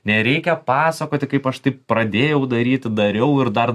nereikia pasakoti kaip aš taip pradėjau daryti dariau ir dar